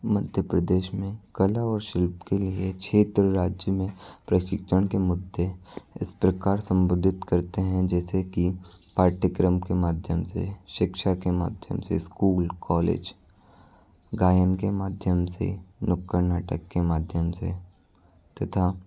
मध्य प्रदेश में कला और शिल्प के लिए क्षेत्र राज्य में प्रशिक्षण के मुद्दे इस प्रकार सम्बोधित करते हैं जैसे कि पाठ्यक्रम के माध्यम से शिक्षा के माध्यम से स्कूल कॉलेज गायन के माध्यम से नुक्कड़ नाटक के माध्यम से तथा